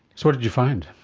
sort of you find?